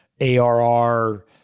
ARR